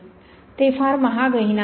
ते फार महागही नाही